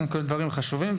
דברים חשובים.